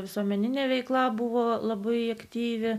visuomeninė veikla buvo labai aktyvi